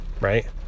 right